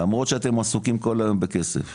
למרות שאתם עסוקים כל היום בכסף,